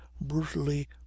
brutally